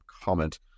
comment